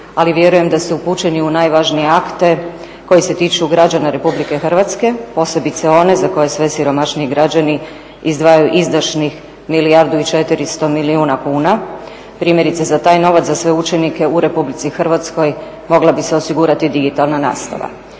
ali vjerujem da ste upućeni u najvažnije akte koji se tiču građana Republike Hrvatske, posebice one za koje sve siromašniji građani izdvajaju izdašnih milijardu i 400 milijuna kuna. Primjerice za taj novac za sve učenike u Republici Hrvatskoj mogla bi se osigurati digitalna nastava.